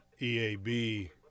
EAB